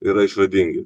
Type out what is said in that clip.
yra išradingi